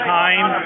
time